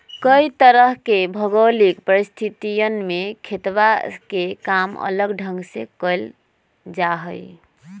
कई तरह के भौगोलिक परिस्थितियन में खेतवा के काम अलग ढंग से कइल जाहई